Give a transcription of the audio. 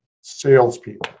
salespeople